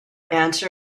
answered